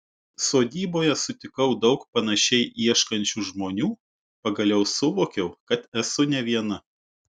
sodyboje sutikau daug panašiai ieškančių žmonių pagaliau suvokiau kad esu ne viena